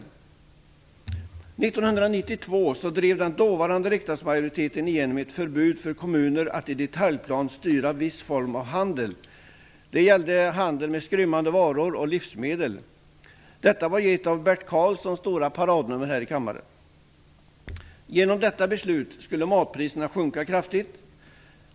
1992 drev den dåvarande riksdagsmajoriteten igenom ett förbud för kommunerna att i detaljplan styra viss form av handel. Det gällde handel med skrymmande varor och livsmedel. Detta var ju ett av Bert Karlssons stora paradnummer här i kammaren. Genom detta beslut skulle matpriserna sjunka kraftigt.